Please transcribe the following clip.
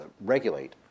regulate